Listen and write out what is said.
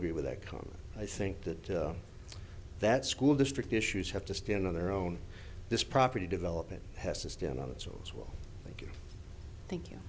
agree with that come i think that that school district issues have to stand on their own this property development has to stand on its rules will thank you